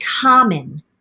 common